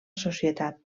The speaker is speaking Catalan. societat